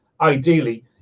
ideally